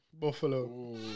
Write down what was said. Buffalo